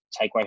takeaway